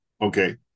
Okay